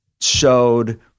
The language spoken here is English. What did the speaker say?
showed